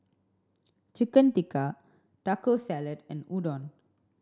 Chicken Tikka Taco Salad and Udon